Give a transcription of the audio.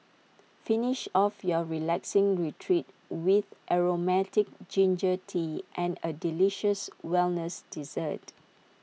finish off your relaxing retreat with Aromatic Ginger Tea and A delicious wellness dessert